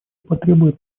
потребует